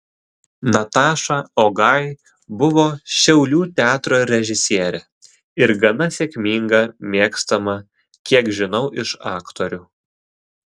nataša ogai buvo šiaulių teatro režisierė ir gana sėkminga mėgstama kiek žinau iš aktorių